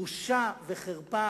בושה וחרפה.